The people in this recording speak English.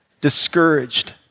discouraged